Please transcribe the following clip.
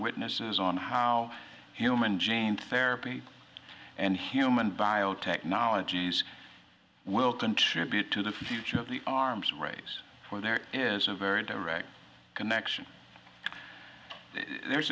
witnesses on how human gene therapy and human biotechnologies will contribute to the future of the arms race where there is a very direct connection there